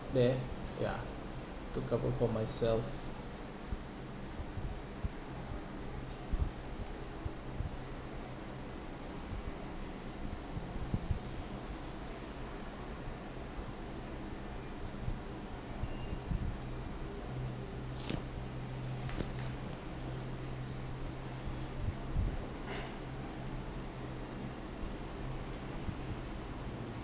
there ya to cover for myself